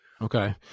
Okay